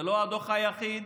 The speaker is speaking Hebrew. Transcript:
זה לא הדוח היחיד